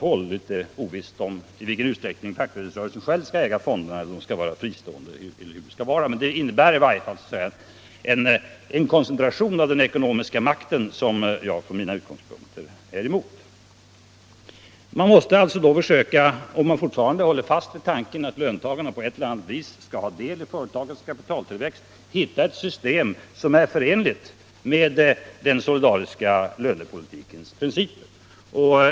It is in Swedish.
Det är litet ovisst i vilken utsträckning fackföreningsrörelsen själv skall äga fonderna, eller om de skall vara helt fristående, men förslaget innebär i varje fall en koncentration av den ekonomiska makten, som jag från mina utgångspunkter är emot. Om man då håller fast vid tanken att löntagarna på ett eller annat sätt skall ha del i företagets kapitaltillväxt måste man alltså försöka hitta ett system som är förenligt med den solidariska lönerörelsens principer.